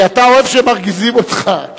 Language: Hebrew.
כי אתה אוהב שמרגיזים אותך.